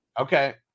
okay